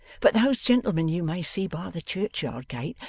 but those gentlemen you may see by the churchyard gate,